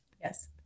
yes